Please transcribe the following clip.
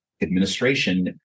administration